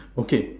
okay